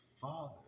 father